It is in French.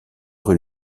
rue